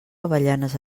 avellanes